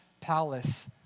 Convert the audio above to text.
palace